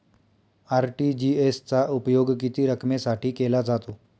RTGS चा उपयोग किती रकमेसाठी केला जातो?